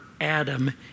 Adam